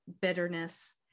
bitterness